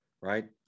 right